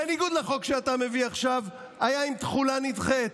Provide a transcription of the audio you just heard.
בניגוד לחוק שאתה מביא עכשיו, היה עם תחולה נדחית.